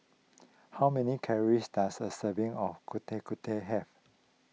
how many calories does a serving of Getuk Getuk have